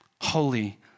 Holy